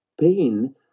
pain